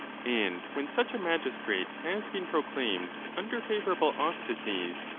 and when such a magistrate has been proclaimed under favourable auspices,